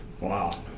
Wow